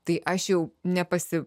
tai aš jau nepasi